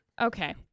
Okay